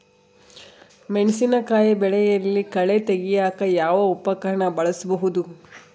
ಮೆಣಸಿನಕಾಯಿ ಬೆಳೆಯಲ್ಲಿ ಕಳೆ ತೆಗಿಯಾಕ ಯಾವ ಉಪಕರಣ ಬಳಸಬಹುದು?